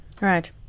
Right